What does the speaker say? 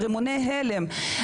רימוני הלם.